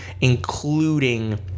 including